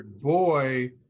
boy